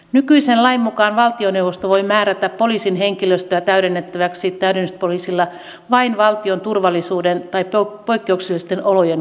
nykyisen lain mukaan valtioneuvosto voi määrätä poliisin henkilöstöä täydennettäväksi täydennyspoliisilla vain valtion turvallisuuden tai poikkeuksellisten olojen vuoksi